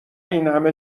اینهمه